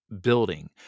building